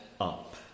up